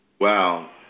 Wow